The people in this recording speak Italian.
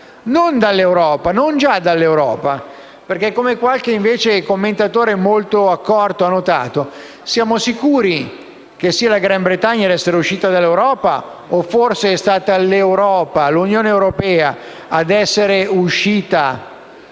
europea, e non già dall'Europa. Come infatti qualche commentatore molto accorto ha notato, siamo sicuri che sia la Gran Bretagna a essere uscita dall'Europa? O forse è stata l'Unione europea a essere uscita